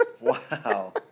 Wow